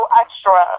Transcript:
extra